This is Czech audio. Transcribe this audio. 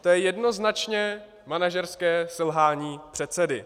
To je jednoznačně manažerské selhání předsedy.